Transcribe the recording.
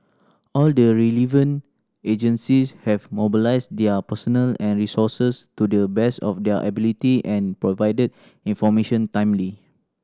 all the relevant agencies have mobilised their personnel and resources to the best of their ability and provided information timely